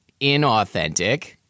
inauthentic